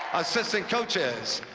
assistant coaches,